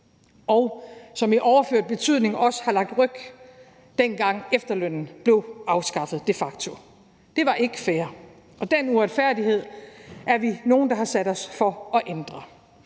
og som i overført betydning også har lagt ryg til det, dengang efterlønnen de facto blev afskaffet. Det var ikke fair, og den uretfærdighed er vi nogle der har sat os for at ændre.